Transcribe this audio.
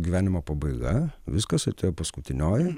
gyvenimo pabaiga viskas atėjo paskutinioji